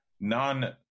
non